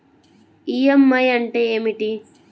EMI అంటే ఏమిటి?